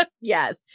Yes